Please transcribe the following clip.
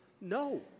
no